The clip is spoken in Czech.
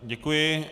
Děkuji.